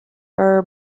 are